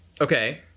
Okay